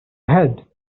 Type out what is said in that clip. ahead